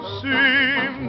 seem